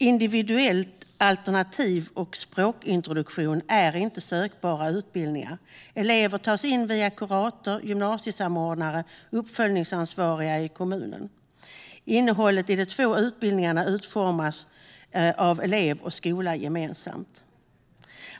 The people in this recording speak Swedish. Individuellt alternativ och språkintroduktion är inte sökbara utbildningar. Elever tas in via kurator, gymnasiesamordnare och uppföljningsansvariga i kommunen. Innehållet i de två utbildningarna utformas av elev och skola gemensamt.